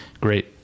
great